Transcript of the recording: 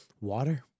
Water